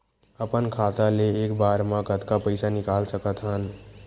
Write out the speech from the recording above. अपन खाता ले एक बार मा कतका पईसा निकाल सकत हन?